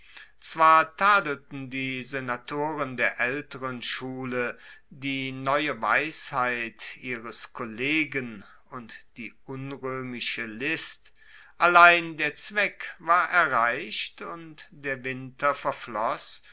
zwar tadelten die senatoren der aelteren schule die neue weisheit ihres kollegen und die unroemische list allein der zweck war erreicht und der winter verfloss